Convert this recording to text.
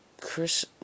Chris